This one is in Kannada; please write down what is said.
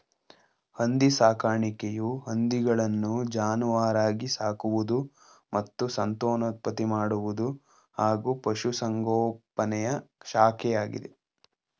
ಹಂದಿ ಸಾಕಾಣಿಕೆಯು ಹಂದಿಗಳನ್ನು ಜಾನುವಾರಾಗಿ ಸಾಕುವುದು ಮತ್ತು ಸಂತಾನೋತ್ಪತ್ತಿ ಮಾಡುವುದು ಹಾಗೂ ಪಶುಸಂಗೋಪನೆಯ ಶಾಖೆಯಾಗಿದೆ